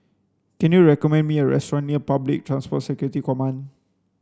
can you recommend me a restaurant near Public Transport Security Command